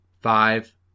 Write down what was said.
five